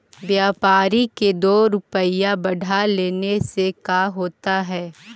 व्यापारिक के दो रूपया बढ़ा के लेने से का होता है?